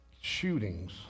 shootings